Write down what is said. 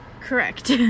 Correct